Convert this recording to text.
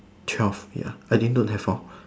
twelve ya I think don't have four